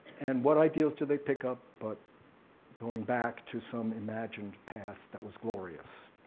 and what ideals do they pick up but going back to some imagined past that was glorious.